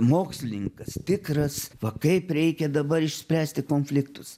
mokslininkas tikras va kaip reikia dabar išspręsti konfliktus